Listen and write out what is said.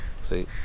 See